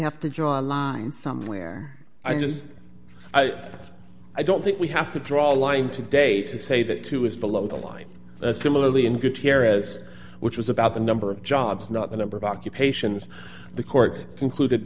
have to draw a line somewhere i just i have i don't think we have to draw a line today to say that two is below the line similarly in gutierrez which was about the number of jobs not the number of occupations the court concluded